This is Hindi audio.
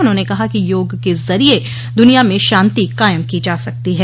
उन्होंने कहा कि योग के जरिये द्निया मे शांति कायम की जा सकती है